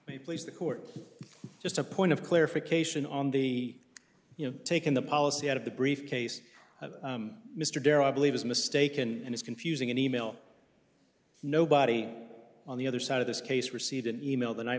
me please the court just a point of clarification on the you know taking the policy out of the brief case of mr darrow i believe is mistaken and is confusing in email nobody on the other side of this case received an e mail the night